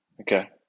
okay